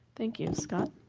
thank you. scott?